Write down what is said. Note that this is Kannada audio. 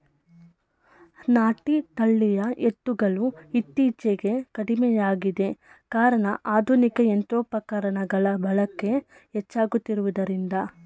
ನಾಟಿ ತಳಿಯ ಎತ್ತುಗಳು ಇತ್ತೀಚೆಗೆ ಕಡಿಮೆಯಾಗಿದೆ ಕಾರಣ ಆಧುನಿಕ ಯಂತ್ರೋಪಕರಣಗಳ ಬಳಕೆ ಹೆಚ್ಚಾಗುತ್ತಿರುವುದರಿಂದ